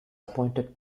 appointed